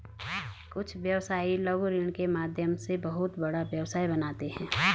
कुछ व्यवसायी लघु ऋण के माध्यम से बहुत बड़ा व्यवसाय बनाते हैं